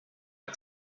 are